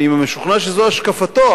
אני משוכנע שזו השקפתו.